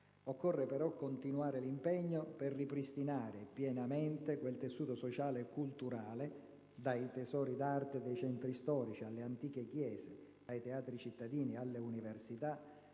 Occorre però continuare l'impegno per ripristinare pienamente quel tessuto sociale e culturale - dai tesori d'arte dei centri storici alle antiche chiese, dai teatri cittadini alle università